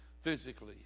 physically